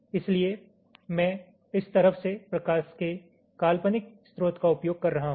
इसलिए मैं इस तरफ से प्रकाश के काल्पनिक स्रोत का उपयोग कर रहा हूं